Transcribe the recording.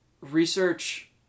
research